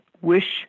wish